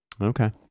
Okay